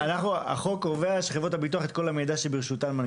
החוק קובע שחברות הביטוח מנגישות את כל המידע שברשותן.